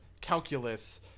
calculus